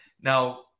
now